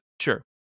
sure